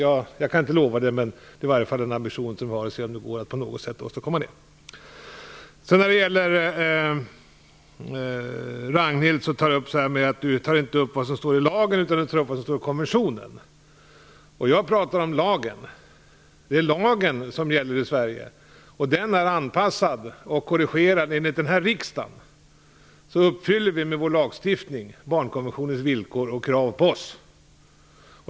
Jag kan inte lova det, men vi har i varje fall ambitionen att se om det på något sätt går att åstadkomma detta. Ragnhild Pohanka säger: Du tar inte upp vad som står i lagen, utan du tar upp vad som står i konventionen. Men jag pratar om lagen. Det är lagen som gäller här i Sverige. Den är anpassad och korrigerad. Enligt riksdagen uppfyller vi med vår lagstiftning barnkonventionens villkor och dess krav på oss.